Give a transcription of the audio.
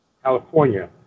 California